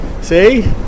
see